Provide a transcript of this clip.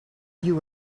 you